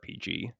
RPG